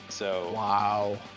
Wow